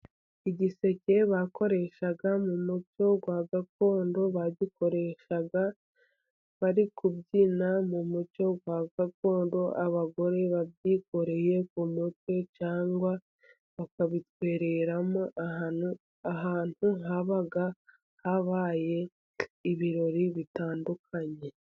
Igiseke bakoreshaga mu muco wa gakondo, bagikoreshaga bari kubyina mu muco wa gakondo abagore babyikoreye ku mutwe cyangwa bakabitwereramo ahantu habaga habaye ibirori bitandukanye.